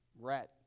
rat